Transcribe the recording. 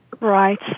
Right